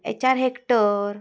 HR hector